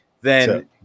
then-